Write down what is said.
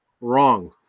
Wrong